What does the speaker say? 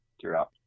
throughout